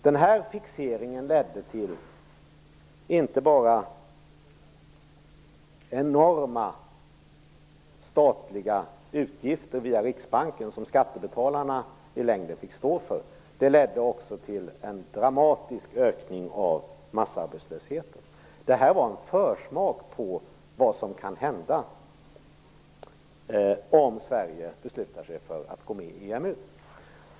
Denna fixering ledde inte bara till enorma statliga utgifter via Riksbanken som skattebetalarna fick stå för. Det ledde också till en dramatisk ökning av massarbetslösheten. Detta var en försmak av vad som kan hända om Sverige beslutar sig för att gå med i EMU.